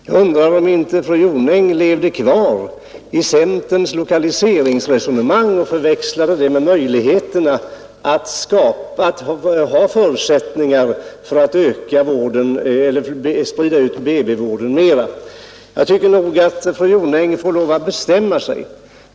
Jag undrar om inte fru Jonäng levde kvar i centerns lokaliseringsresonemang och förväxlade det med möjligheterna att sprida ut BB vården mera. Jag tycker nog att fru Jonäng får lov att bestämma sig.